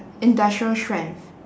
industrial strength